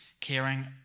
caring